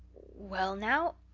well now,